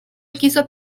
quiso